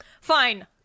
Fine